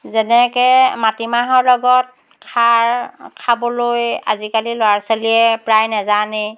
যেনেকৈ মাটিমাহৰ লগত খাৰ খাবলৈ আজিকালি ল'ৰা ছোৱালীয়ে প্ৰায় নেজানেই